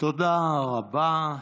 תודה רבה.